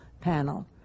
panel